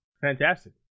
Fantastic